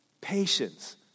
patience